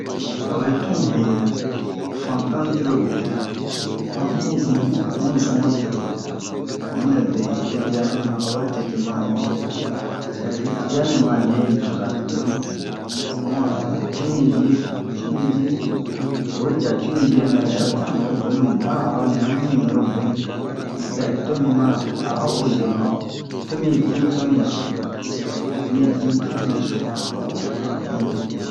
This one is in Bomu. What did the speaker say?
wabe tun he yɛ fantan dirobe han mu zun hu mu zun ma tete nunɛ be tete'a mana ɲui wari tete mana ɲui dia nɛ male nicozanɛ boni mu'a cimizie cimizie oyi ja cimizie nɛ hɛtian mu bɛ boni mu dan a'a nɛ amu ɲu we boni tomi ma a'a o zenu a tomi di fa mi yi su mi di fa mi yi su um